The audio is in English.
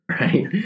Right